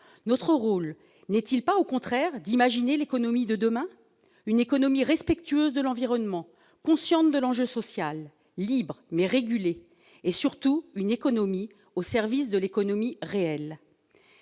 Notre rôle n'est-il pas au contraire d'imaginer l'économie de demain, une économie respectueuse de l'environnement, consciente de l'enjeu social, libre mais régulée, une économie, surtout, au service de l'économie réelle